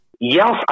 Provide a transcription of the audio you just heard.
Yes